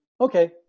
okay